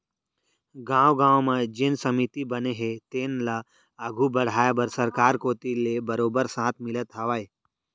गाँव गाँव म जेन समिति बने हे तेन ल आघू बड़हाय बर सरकार कोती ले बरोबर साथ मिलत हावय